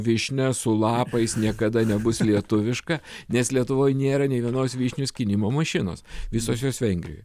vyšnia su lapais niekada nebus lietuviška nes lietuvoj nėra nei vienos vyšnių skynimo mašinos visos jos vengrijoj